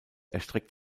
erstreckt